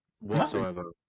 Whatsoever